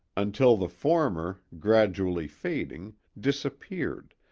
until the former, gradually fading, disappeared,